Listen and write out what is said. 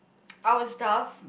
our stuff